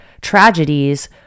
tragedies